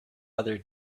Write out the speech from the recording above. other